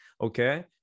okay